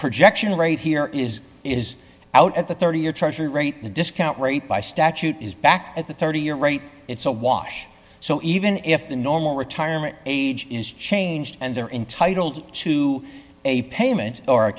projection rate here is it is out at the thirty year treasury rates the discount rate by statute is back at the thirty year rate it's a wash so even if the normal retirement age is changed and they're entitled to a payment or